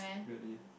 really